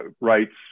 rights